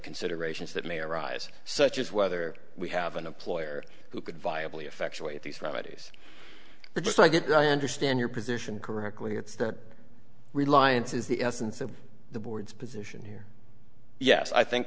considerations that may arise such as whether we have an a ploy or who could viably effectuate these remedies but just like that i understand your position correctly it's that reliance is the essence of the board's position here yes i think